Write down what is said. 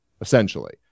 essentially